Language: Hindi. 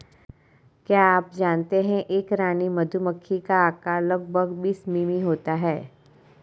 क्या आप जानते है एक रानी मधुमक्खी का आकार लगभग बीस मिमी होता है?